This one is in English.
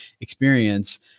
experience